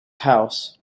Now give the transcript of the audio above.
house